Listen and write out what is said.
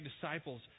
disciples